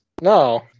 No